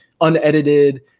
unedited